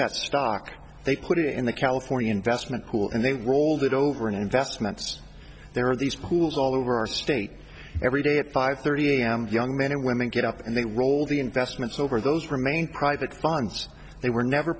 that stock they put it in the california investment cool and they rolled it over in investments there are these pools all over our state every day at five thirty am young men and women get up and they roll the investments over those remain private funds they were never